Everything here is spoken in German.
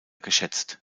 geschätzt